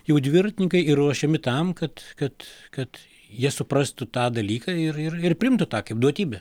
jau dviratininkai yra ruošiami tam kad kad kad jie suprastų tą dalyką ir ir ir priimtų tą kaip duotybę